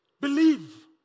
Believe